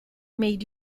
made